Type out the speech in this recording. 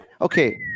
okay